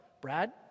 Brad